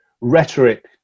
rhetoric